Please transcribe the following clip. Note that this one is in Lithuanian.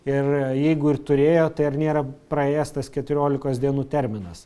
ir jeigu ir turėjo tai ar nėra praėjęs tas keturiolikos dienų terminas